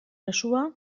mezua